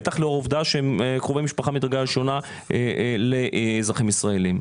בטח לאור העובדה שהם קרובי משפחה מדרגה ראשונה לאזרחים ישראלים.